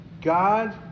God